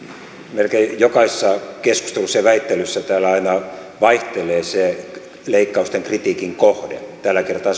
melkein jokaisessa keskustelussa ja väittelyssä täällä aina vaihtelee se leikkausten kritiikin kohde tällä kertaa